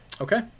Okay